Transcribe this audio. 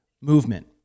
movement